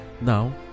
Now